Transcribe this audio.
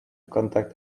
contact